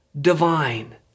divine